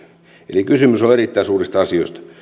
eli kysymys on erittäin suurista asioista